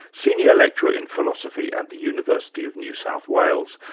senior lecturer in philosophy at the university of new south wales.